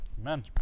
amen